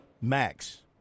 max